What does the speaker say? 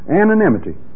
Anonymity